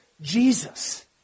Jesus